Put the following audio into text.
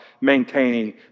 maintaining